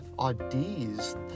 ideas